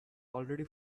already